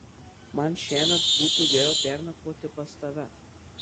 man šiąnakt būtų geriau pernakvoti pas tave